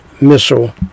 Missile